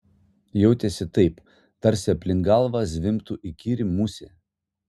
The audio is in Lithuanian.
jautėsi taip tarsi aplink galvą zvimbtų įkyri musė